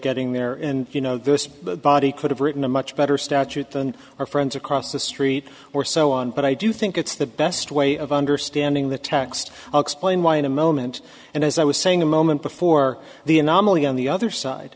getting there and you know this but body could have written a much better statute than our friends across the street or so on but i do think it's the best way of understanding the text explain why in a moment and as i was saying a moment before the anomaly on the other side